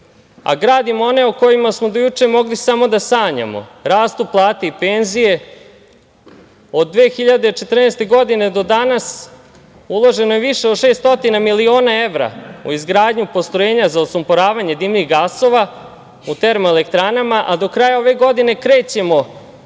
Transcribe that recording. a gradimo one o kojima smo do juče mogli samo da sanjamo, rastu plate i penzije. Od 2014. godine do danas uloženo je više od 600 miliona evra u izgradnju postrojenja za osumporavanje dimnih gasova u termoelektranama, a do kraja ove godine krećemo